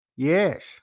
Yes